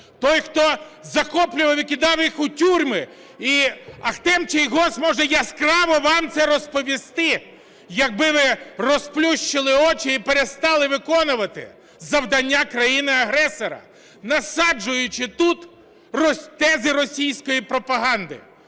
той, хто захоплював і кидав їх у тюрми. І Ахтем Чийгоз може яскраво вам це розповісти, якби ви розплющили очі і перестали виконувати завдання країни-агресора, насаджуючи тут тези російської пропаганди,